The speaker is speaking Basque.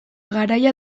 garaia